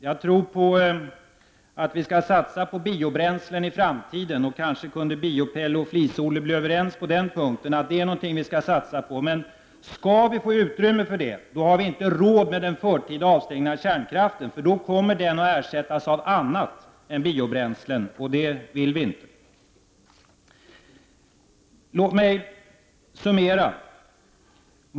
Jag anser på att vi skall satsa på biobränslen i framtiden, och kanske kunde Biopelle och Flisolle bli överens om att det är något vi skall satsa på. Om vi skall få utrymme för det, har vi inte råd med en förtida avstängning av kärnkraften. Då kommer den nämligen att ersättas av annat än biobränslen, och det vill vi inte. Låt mig summera.